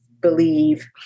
believe